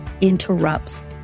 interrupts